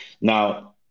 Now